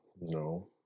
No